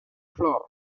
floor